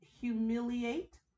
humiliate